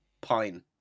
pine